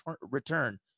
return